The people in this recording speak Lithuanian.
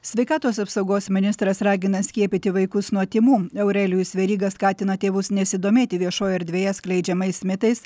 sveikatos apsaugos ministras ragina skiepyti vaikus nuo tymų aurelijus veryga skatina tėvus nesidomėti viešojoj erdvėje skleidžiamais mitais